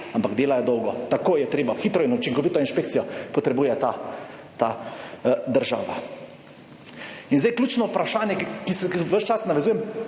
ampak delajo dolgo. Tako je treba, hitro in učinkovito inšpekcijo potrebuje ta, ta država. In zdaj ključno vprašanje, ki se ves čas navezujem,